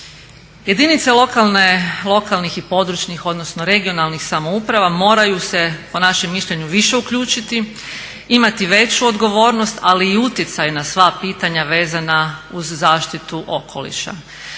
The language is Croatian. Jedinice lokalnih i područnih odnosno regionalnih samouprava moraju se po našem mišljenju više uključiti, imati veću odgovornost ali i utjecaj na sva pitanja vezana uz zaštitu okoliša.